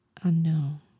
unknown